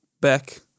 back